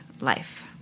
life